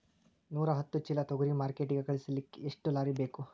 ನೂರಾಹತ್ತ ಚೀಲಾ ತೊಗರಿ ಮಾರ್ಕಿಟಿಗ ಕಳಸಲಿಕ್ಕಿ ಎಷ್ಟ ಲಾರಿ ಬೇಕು?